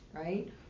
right